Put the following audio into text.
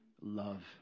love